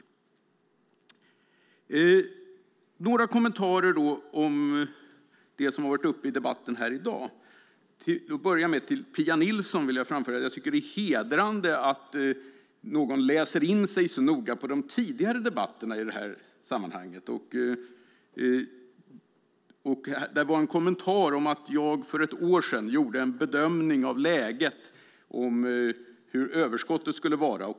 Jag har några kommentarer till det som har varit uppe i debatten här i dag. Till Pia Nilsson vill jag säga att det är hedrande att någon läser in sig så noga på de tidigare debatterna i det här sammanhanget. Hon hade en kommentar om att jag för ett år sedan gjorde en bedömning av läget när det gällde hur överskottet skulle vara.